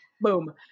Boom